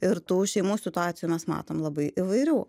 ir tų šeimų situacijų mes matom labai įvairių